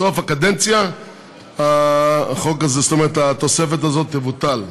בסוף הקדנציה התוספת הזאת תבוטל.